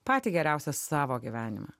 patį geriausią savo gyvenimą